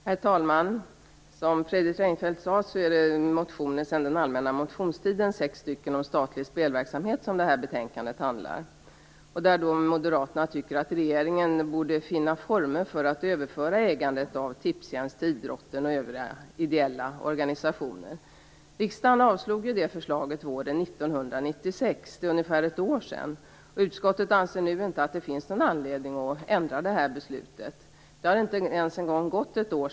Herr talman! Som Fredrik Reinfeldt sade är det sex motioner från den allmänna motionstiden om statlig spelverksamhet som det här betänkandet handlar om. Moderaterna tycker att regeringen borde finna former för att överföra ägandet av Tipstjänst till idrotten och övriga ideella organisationer. Riksdagen avslog det förslaget våren 1996. Det är ungefär ett år sedan. Utskottet anser nu inte att det finns någon anledning att ändra det beslutet. Det har inte ens gått ett år.